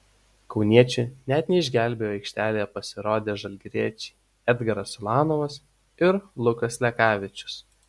kauniečių net neišgelbėjo aikštėje pasirodę žalgiriečiai edgaras ulanovas ir lukas lekavičius